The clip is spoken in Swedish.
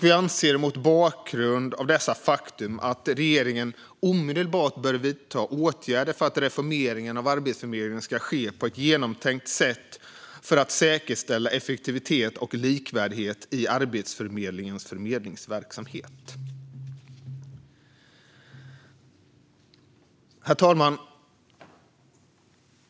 Vi anser mot bakgrund av dessa faktum att regeringen omedelbart bör vidta åtgärder för att reformeringen av Arbetsförmedlingen ska ske på ett genomtänkt sätt för att säkerställa effektivitet och likvärdighet i Arbetsförmedlingens förmedlingsverksamhet. Herr talman!